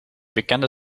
bekende